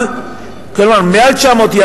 כלומר מעל 900,000,